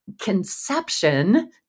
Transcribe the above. conception